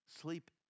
sleep